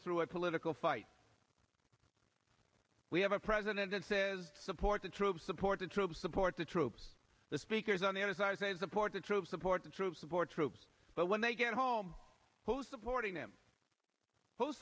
through a political fight we have a president says support the troops support the troops support the troops the speakers on the other side say support the troops support the troops support troops but when they get home who's supporting them